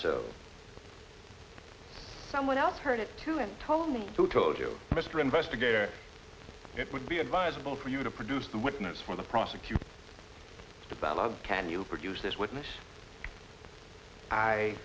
so someone else heard it too and told me who told you mr investigator it would be advisable for you to produce the witness for the prosecution about why can you produce this witness i